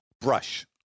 brush